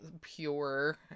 pure